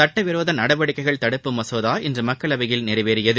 சட்டவிரோத நடவடிக்கைகள் தடுப்பு மசோதா இன்று மக்களவையில் நிறைவேறியது